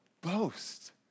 boast